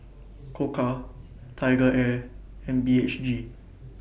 Koka TigerAir and B H G